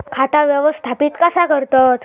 खाता व्यवस्थापित कसा करतत?